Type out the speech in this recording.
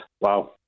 wow